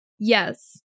Yes